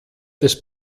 des